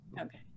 okay